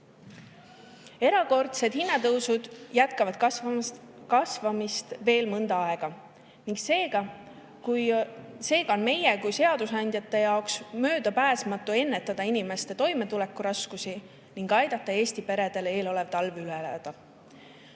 eurot. Erakordsed hinnatõusud jätkavad kasvamist veel mõnda aega, seega on meie kui seadusandjate jaoks möödapääsmatu ennetada inimeste toimetulekuraskusi ning aidata Eesti peredel eelolev talv üle elada,